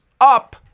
up